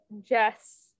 Jess